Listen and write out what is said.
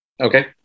Okay